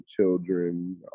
children